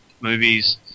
movies